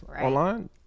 online